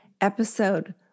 episode